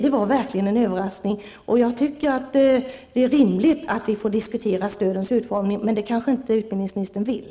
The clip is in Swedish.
Det var verkligen en överraskning. Jag menar att det är rimligt att vi får möjlighet att diskutera stödens utformning. Men det kanske inte utbildningsministern vill?